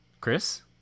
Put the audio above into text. Chris